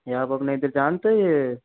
यह आप अपने इधर जानते हो यह